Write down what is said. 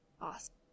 Awesome